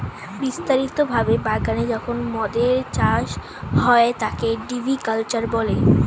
বিস্তারিত ভাবে বাগানে যখন মদের চাষ হয় তাকে ভিটি কালচার বলে